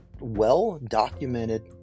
well-documented